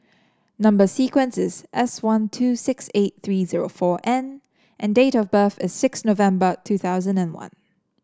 number sequence is S one two six eight three zero four N and date of birth is six November two thousand and one